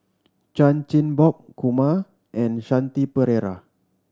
Chan Chin Bock Kumar and Shanti Pereira